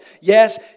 Yes